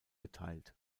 geteilt